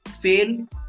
fail